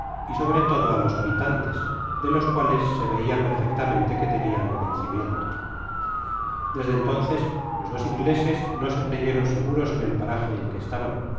y sobre todo á los habitantes de los cuales se vcia perfectamente que tenian conocimiento desde entonces los dos ingleses no se creyeron seguros en el paraje en que estaban